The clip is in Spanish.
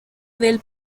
del